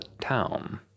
town